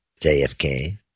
JFK